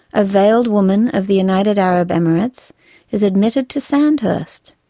a veiled woman of the united arab emirates is admitted to sandhurst.